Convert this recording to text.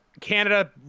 Canada